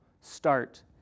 start